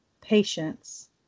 patience